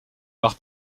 par